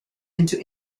into